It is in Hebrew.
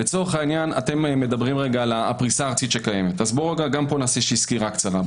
אתם מדברים על הפריסה הארצית שקיימת ובואו נעשה גם פה סקירה קצרה: